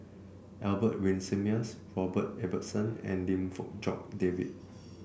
Albert Winsemius Robert Ibbetson and Lim Fong Jock David